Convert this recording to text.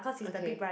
okay